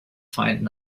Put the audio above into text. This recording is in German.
vereinten